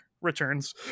returns